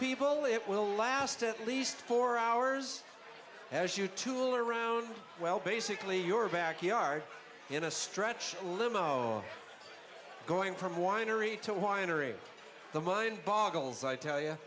people it will last at least four hours as you tool around well basically your back yard in a stretch limo going from winery to winery the mind boggles i tell y